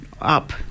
up